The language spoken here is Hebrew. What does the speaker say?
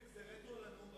זה רטרו לנאום הבר-מצווה שלך?